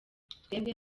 twebwe